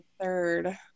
third